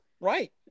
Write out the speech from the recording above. Right